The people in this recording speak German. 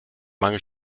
mangel